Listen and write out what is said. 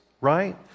right